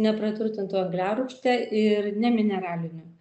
nepraturtintu angliarūgšte ir ne mineraliniu